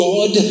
God